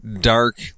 dark